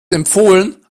empfohlen